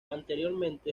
anteriormente